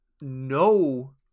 no